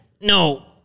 No